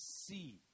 See